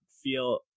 feel